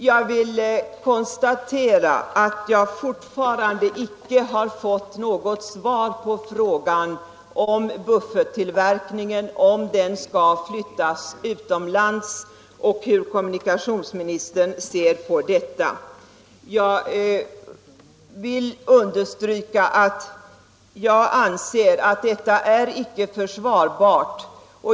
Jag vill konstatera att jag fortfarande icke har fått något svar på frågan om bufferttillverkningen skall flyttas utomlands och hur kommunikationsministern ser på detta. Jag vill understryka att jag anser att en sådan åtgärd icke är försvarbar.